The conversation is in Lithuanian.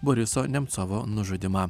boriso nemcovo nužudymą